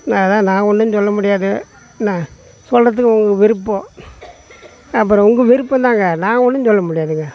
நான் அதான் நான் ஒன்றும் சொல்லை முடியாது என்ன சொல்கிறத்து உங்கள் விருப்பம் அப்புறம் உங்கள் விருப்பம் தாங்க நான் ஒன்றும் சொல்ல முடியாதுங்க